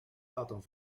laten